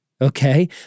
Okay